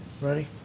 Ready